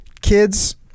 kids